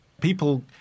People